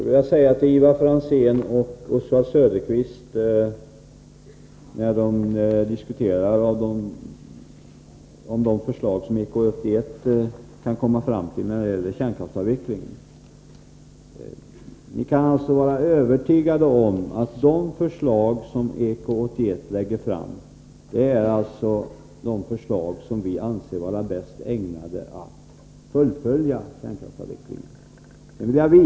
Fru talman! Ivar Franzén och Oswald Söderqvist diskuterar vilka förslag som EK 81 kan komma fram till när det gäller kärnkraftsavvecklingen. Ni kan vara övertygade om att de förslag som EK 81 lägger fram är de förslag som vi anser vara bäst ägnade strävan att fullfölja kärnkraftsavvecklingen.